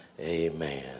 Amen